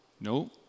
No